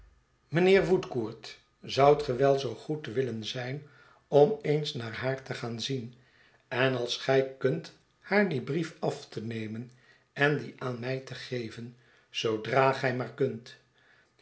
mijnheer woodcourt zoudt ge wel zoo goed willen zijn om eens naar haar te gaan zien en als gij kunt haar dien brief af te nemen en dien aan mij te geven zoodra gij maar kunt